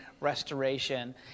restoration